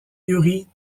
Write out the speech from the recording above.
youri